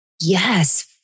Yes